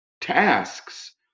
tasks